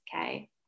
okay